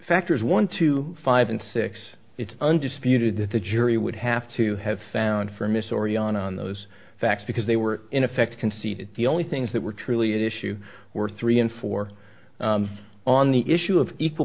factors one two five and six it's undisputed that the jury would have to have found for miss already on those facts because they were in effect conceded the only things that were truly an issue were three and four on the issue of equal